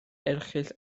erchyll